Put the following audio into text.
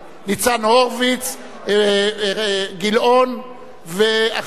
ניצן הורוביץ, אילן גילאון ואחרים.